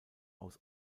aus